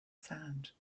sand